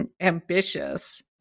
ambitious